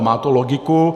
Má to logiku.